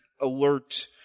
alert